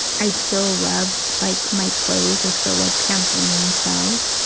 i still love like my clothes. i still love pampering myself,